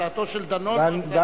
הצעתו של דנון או ---?